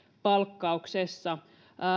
palkkauksessa